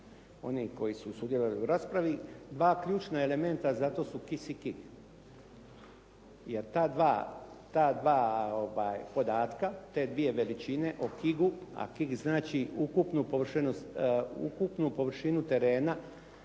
onih koji su sudjelovali u raspravi. Dva ključna elementa za to su i kisik i K.I.G. Jer ta dva podataka, te dvije veličine o K.I.G-u, a K.I.G znači ukupnu površinu terena